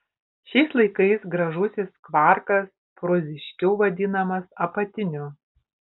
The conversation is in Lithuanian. šiais laikais gražusis kvarkas proziškiau vadinamas apatiniu